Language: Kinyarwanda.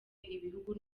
igihugu